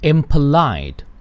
Impolite